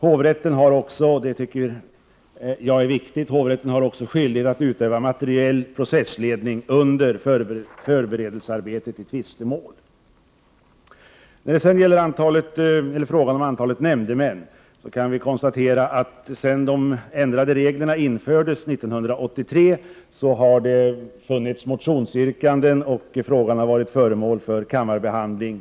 Hovrätten har också skyldighet — vilket jag anser vara viktigt — att utöva materiell processledning under förberedelsearbetet i tvistemål. När det gäller frågan om antalet nämndemän kan det konstateras att det sedan de ändrade reglerna infördes 1983 har funnits motionsyrkanden, och frågan har varje år varit föremål för kammarbehandling.